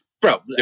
bro